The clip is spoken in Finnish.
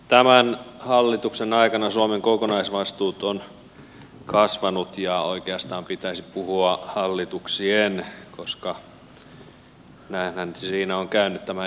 tämän hallituksen aikana suomen kokonaisvastuut ovat kasvaneet ja oikeastaan pitäisi puhua hallituk sien koska näinhän siinä on käynyt tämän eurokriisin aikana